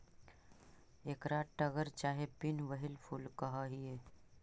एकरा टगर चाहे पिन व्हील फूल कह हियई